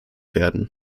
werden